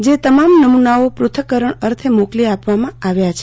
જે તમામ નમૂનાઓ પૃથ્થકરણ અર્થે મોકલી આપવામાં આવ્યા છે